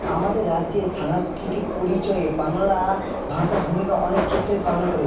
আমাদের রাজ্যে সাংস্কৃতিক পরিচয়ে বাংলা ভাষার ভূমিকা অনেক ক্ষেত্রে পালন করে